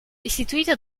istituita